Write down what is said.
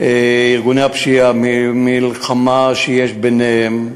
ארגוני הפשיעה, המלחמה ביניהם,